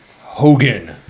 Hogan